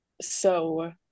so-